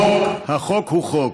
החוק הוא חוק.